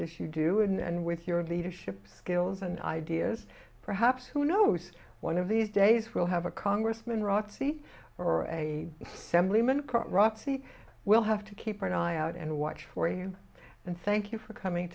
is you do and with your leadership skills and ideas perhaps who knows one of these days we'll have a congressman razzi or a razzi we'll have to keep an eye out and watch for you and thank you for coming